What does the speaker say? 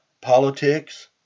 politics